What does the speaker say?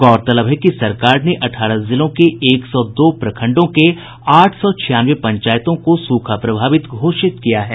गौरतलब है कि सरकार ने अठारह जिलों के एक सौ दो प्रखंडों के आठ सौ छियानवे पंचायतों को सुखा प्रभावित घोषित किया है